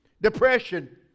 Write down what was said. Depression